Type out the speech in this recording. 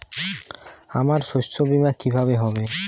আমার শস্য বীমা কিভাবে হবে?